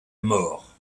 mort